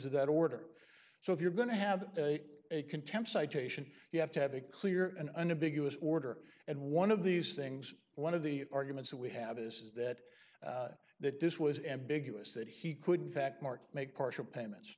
of that order so if you're going to have a contempt citation you have to have a clear and unambiguous order and one of these things one of the arguments that we have is that that this was ambiguous that he couldn't that market make partial payments